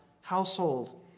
household